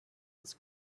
his